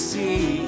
see